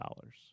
dollars